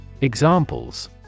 Examples